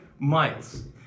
miles